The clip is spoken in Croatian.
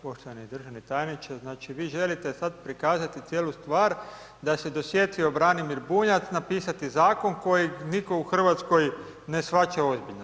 Poštovani državni tajniče, znači vi želite sad prikazati cijelu stvar da se dosjetio Branimir Bunjac napisati zakon koji nitko u Hrvatskoj ne shvaća ozbiljno.